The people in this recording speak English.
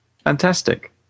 Fantastic